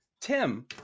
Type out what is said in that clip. Tim